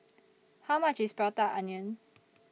How much IS Prata Onion